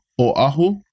Oahu